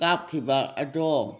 ꯀꯥꯞꯈꯤꯕ ꯑꯗꯣ